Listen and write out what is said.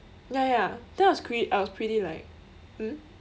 ya ya that was cra~ I was pretty like hmm